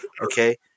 okay